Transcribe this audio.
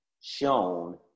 shown